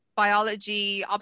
biology